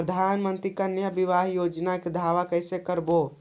प्रधानमंत्री कन्या बिबाह योजना के दाबा कैसे करबै?